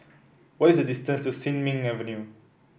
what is the distance to Sin Ming Avenue